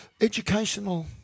educational